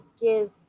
give